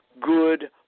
good